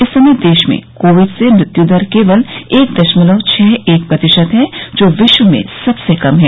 इस समय देश में कोविड से मृत्यू दर केवल एक दशमलव छह एक प्रतिशत है जो विश्व में सबसे कम है